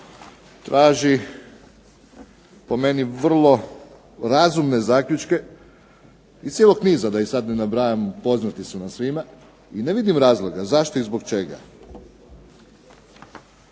traži po meni vrlo razumne zaključke iz cijelog niza, da ih sad ne nabrajam poznati su nam svima, i ne vidim razloga zašto i zbog čega,